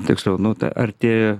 tiksliau nu ta arti